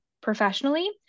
professionally